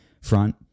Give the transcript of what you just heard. front